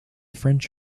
french